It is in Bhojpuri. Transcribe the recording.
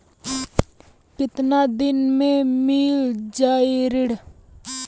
कितना दिन में मील जाई ऋण?